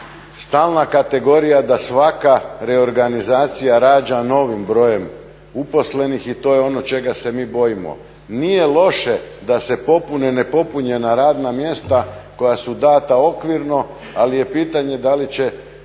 stalna kategorija da svaka reorganizacija rađa novim brojem uposlenih i to je ono čega se mi bojimo. Nije loše da se popune nepopunjena radna mjesta koja su data okvirno, ali je pitanje da li će